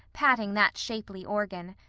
patting that shapely organ.